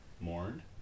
mourned